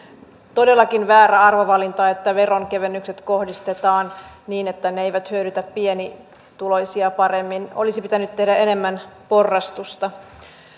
todellakin väärä arvovalinta että veronkevennykset kohdistetaan niin että ne eivät hyödytä pienituloisia paremmin olisi pitänyt tehdä enemmän porrastusta